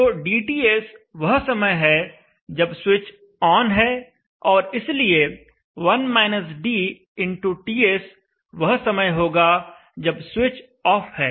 तो dTS वह समय है जब स्विच ऑन है और इसलिए TS वह समय होगा जब स्विच ऑफ है